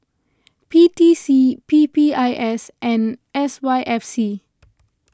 P T C P P I S and S Y F C